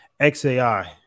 XAI